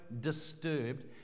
disturbed